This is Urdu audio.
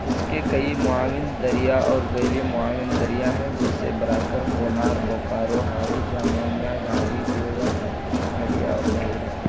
اس کے کئی معاون دریا اور ذیلی معاون دریا ہیں جیسے براکر کونار بوکارو ہارو جامونیا گھاری گویا گھڈیا اور بہیرا